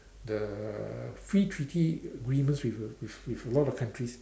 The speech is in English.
the free treaty agreements with with with a lot of countries